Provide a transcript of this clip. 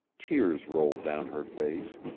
tears rolled down her face.